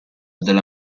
della